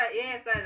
yes